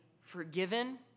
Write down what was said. forgiven